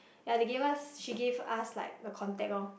ya they gave us she gave us like the contact lor